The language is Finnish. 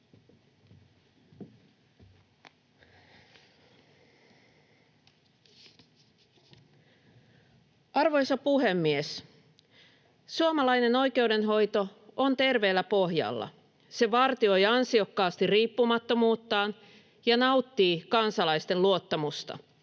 Arvoisa puhemies! Suomalainen oikeudenhoito on terveellä pohjalla. Se vartioi ansiokkaasti riippumattomuuttaan ja nauttii kansalaisten luottamusta.